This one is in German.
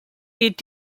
gilt